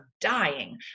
dying